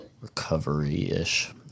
recovery-ish